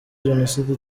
jenoside